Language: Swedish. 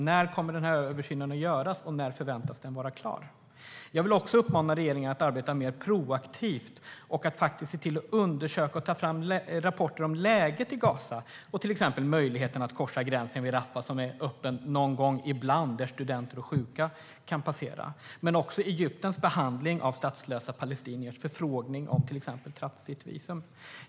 När kommer översynen att göras, och när förväntas den vara klar? Jag vill också uppmana regeringen att arbeta mer proaktivt och faktiskt se till att undersöka och ta fram rapporter om läget i Gaza. Det handlar till exempel om möjligheten att korsa gränsen vid Rafah, som är öppen någon gång ibland, där studenter och sjuka kan passera men också om Egyptens behandling av statslösa palestiniers förfrågningar om till exempel transitvisum.